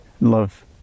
Love